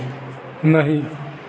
नहीं